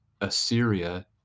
Assyria